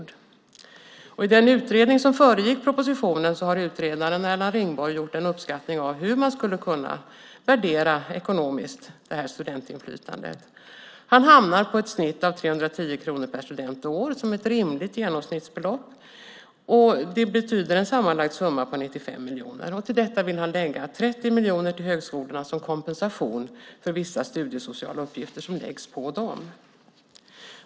I den utredning som föregick propositionen har utredaren Erland Ringborg gjort en uppskattning av hur man ekonomiskt skulle kunna värdera studentinflytandet. Han hamnar på ett snitt av 310 kronor per student och år som ett rimligt genomsnittsbelopp. Det betyder en sammanlagd summa på 95 miljoner. Till detta vill han lägga 30 miljoner till högskolorna som kompensation för vissa studiesociala uppgifter som läggs på dem.